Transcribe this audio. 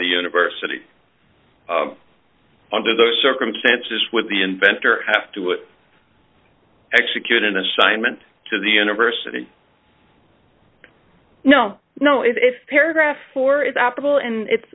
the university under those circumstances with the inventor have to execute an assignment to the university no no if paragraph four is affable and it's